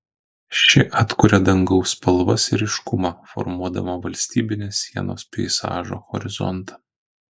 ši atkuria dangaus spalvas ir ryškumą formuodama valstybinės sienos peizažo horizontą